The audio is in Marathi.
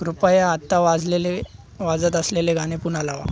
कृपया आत्ता वाजलेले वाजत असलेले गाणे पुन्हा लाव